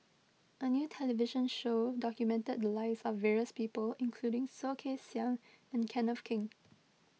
a new television show documented the lives of various people including Soh Kay Siang and Kenneth Keng